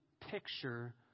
picture